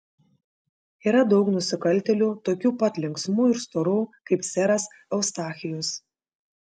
yra daug nusikaltėlių tokių pat linksmų ir storų kaip seras eustachijus